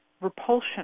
Repulsion